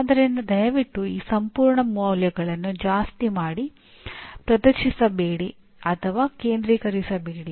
ಆದ್ದರಿಂದ ದಯವಿಟ್ಟು ಈ ಸಂಪೂರ್ಣ ಮೌಲ್ಯಗಳನ್ನು ಜಾಸ್ತಿ ಮಾಡಿ ಪ್ರದರ್ಶಿಸಬೇಡಿ ಅಥವಾ ಕೇಂದ್ರೀಕರಿಸಬೇಡಿ